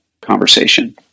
conversation